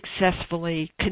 successfully